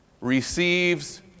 receives